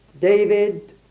David